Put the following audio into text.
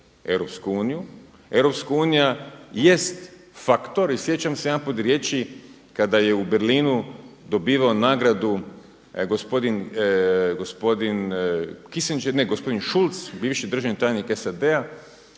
ojačati EU, EU jest faktor i sjećam se jedanput riječi kada je u Berlinu dobivao nagradu gospodin Schultz bivši državni tajni SAD-a